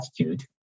attitude